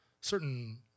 certain